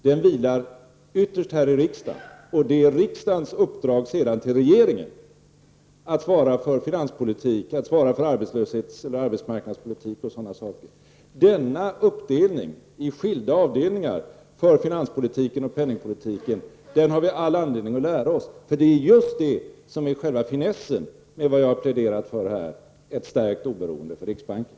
Den vilar ytterst här i riksdagen, och det är sedan riksdagens uppdrag till regeringen att svara för finanspolitik, arbetsmarknadspolitik och sådana saker. Denna uppdelning i skilda avdelningar för finanspolitiken och penningpolitiken har vi all anledning att lära oss, för det är just själva finessen med vad jag har pläderat för, ett stärkt oberoende för riksbanken.